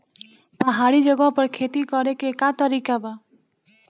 पहाड़ी जगह पर खेती करे के का तरीका बा?